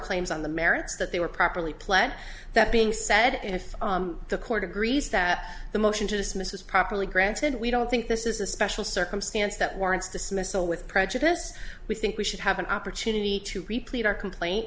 claims on the merits that they were properly play that being said and if the court agrees that the motion to dismiss is properly granted we don't think this is a special circumstance that warrants dismissal with prejudice we think we should have an opportunity to repeat our complain